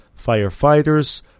firefighters